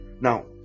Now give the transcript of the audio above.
Now